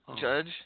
Judge